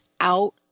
out